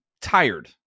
tired